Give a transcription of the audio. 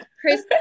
Chris